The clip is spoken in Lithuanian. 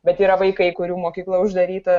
bet yra vaikai kurių mokykla uždaryta